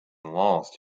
lost